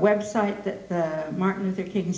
website that martin luther king's